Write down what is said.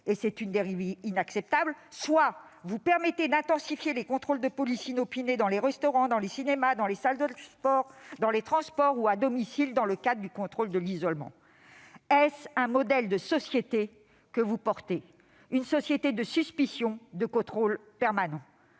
et c'est une dérive inacceptable, soit vous permettez d'intensifier les contrôles de police inopinés dans les restaurants, dans les cinémas, dans les salles de sport, dans les transports, ou encore à domicile dans le cadre des procédures d'isolement. Est-ce là le modèle de société que vous portez ? Une société de suspicion, de contrôle permanent !